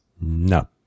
No